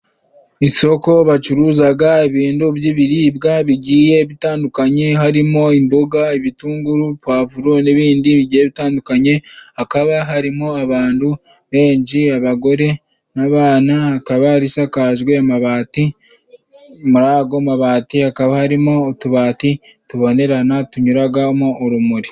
Isoko bacuruzaga ibintu by'ibiribwa bigiye bitandukanye harimo imboga ibitunguru puwavuro n'ibindi bigiye bitandukanye hakaba harimo abantu benshi abagore n'abana hakaba risakajwe amabati murago mabati hakaba harimo utubati tubonerana tunyuragamo urumuri.